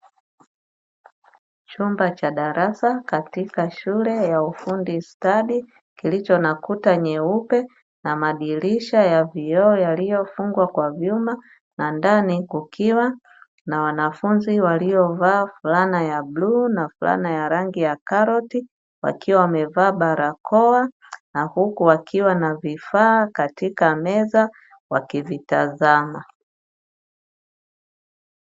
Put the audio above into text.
Chumba cha darasa katika shule ya Ufundi Stadi kilicho na kuta nyeupe, na madirisha ya vioo yaliyofungwa kwa vyuma, na ndani kukiwa na wanafunzi waliovaa fulana ya bluu na fulana ya rangi ya karoti, wakiwa wamevaa barakoa na huku wakiwa na vifaa katika meza wakivitazama.